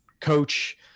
coach